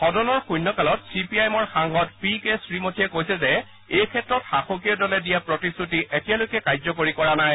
সদনৰ শুণ্য কালত চি পি আই এমৰ সাংসদ পি কে শ্ৰীমথীয়ে কৈছে যে এই ক্ষেত্ৰত শাসকীয় দলে দিয়া প্ৰতিশ্ৰতি এতিয়ালৈকে কাৰ্য্যকৰী কৰা নাই